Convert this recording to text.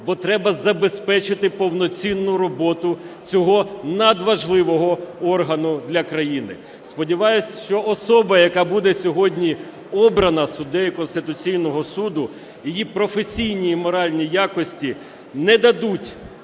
бо треба забезпечити повноцінну роботу цього надважливого органу для країни. Сподіваюсь, що особа, яка буде сьогодні обрана суддею Конституційного Суду, її професійні і моральні якості не дадуть